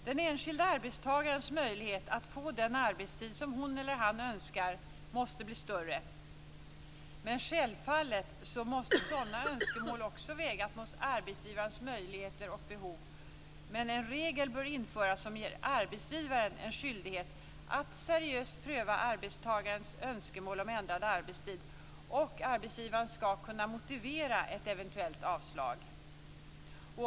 Den enskilde arbetstagarens möjlighet att få den arbetstid som hon eller han önskar måste bli större. Självfallet måste sådana önskemål också vägas mot arbetsgivarens möjligheter och behov. Men en regel bör införas som ger arbetsgivaren en skyldighet att seriöst pröva en arbetstagares önskemål om ändrad arbetstid, och arbetsgivaren skall kunna motivera ett eventuellt avslag.